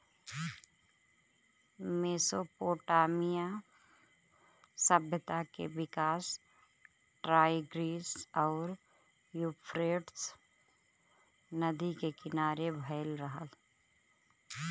Mesopotamia सभ्यता के विकास टाईग्रीस आउर यूफ्रेटस नदी के किनारे भयल रहल